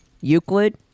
Euclid